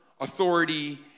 authority